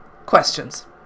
Questions